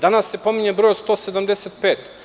Danas se spominje broj od 175.